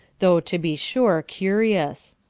though, to be sure, curious.